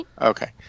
okay